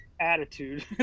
attitude